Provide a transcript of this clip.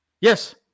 Yes